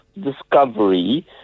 discovery